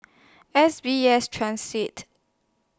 S B S Transit